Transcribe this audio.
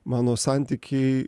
mano santykiai